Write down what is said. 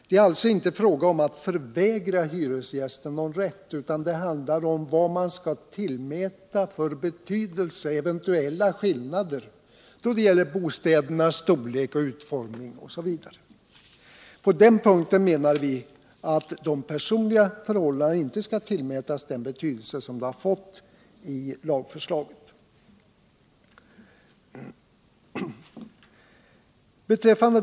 Det är alltså inte fråga om att förvägra hyresgästen någon rätt, utan det handlar om vilken betydelse man skall tillmäta eventuella skillnader då det gäller bostädernas storlek, utformning osv. På den punkten menar vi att de personliga förhållandena inte skall tillmätas den betydelse som de fått i lagförslaget.